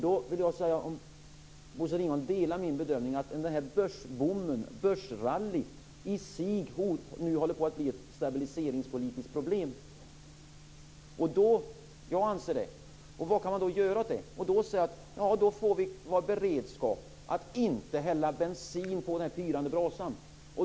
Då undrar jag om Bosse Ringholm delar min bedömning att den här börsboomen, börsrallyt, i sig nu håller på att bli ett stabiliseringspolitiskt problem. Jag anser det. Vad kan man då göra åt det? Vi får ha beredskap att inte hälla bensin på den här pyrande brasan.